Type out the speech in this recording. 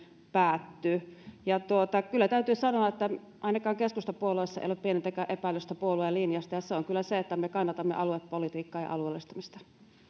päättyy kyllä täytyy sanoa että ainakaan keskustapuolueessa ei ole pienintäkään epäilystä puolueen linjasta ja se on kyllä se että me kannatamme aluepolitiikkaa ja alueellistamista